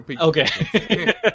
Okay